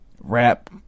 rap